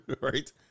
Right